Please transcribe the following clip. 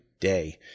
day